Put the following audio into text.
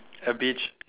a beach